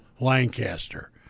Lancaster